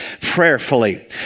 prayerfully